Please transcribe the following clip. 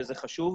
וזה חשוב,